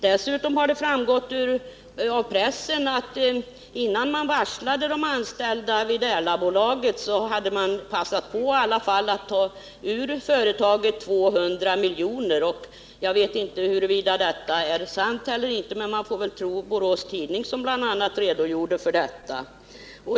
Vidare framgår det av pressen att innan man varslade de anställda vid Erlabolaget hade man passat på att ta ut ur företaget 2 milj.kr. Jag vet inte huruvida detta är sant eller inte, men man får väl tro Borås Tidning som tillhörde de tidningar som redogjorde för detta.